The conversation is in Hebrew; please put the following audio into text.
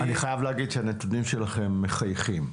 אני חייב להגיד שהנתונים שלכם מחייכים,